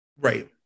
right